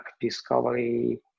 discovery